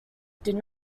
did